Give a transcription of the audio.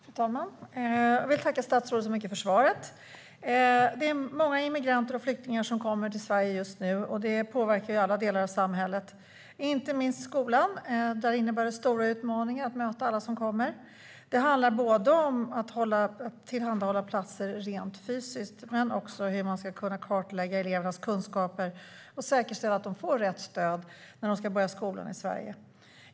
Fru talman! Jag vill tacka statsrådet så mycket för svaret. Det är många immigranter och flyktingar som kommer till Sverige just nu, och det påverkar ju alla delar av samhället. Inte minst i skolan innebär det stora utmaningar att möta alla som kommer. Det handlar om att tillhandahålla fysiska platser, men också om hur man ska kunna kartlägga elevernas kunskaper och säkerställa att de får rätt stöd när de ska börja skolan i Sverige.